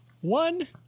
One